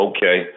Okay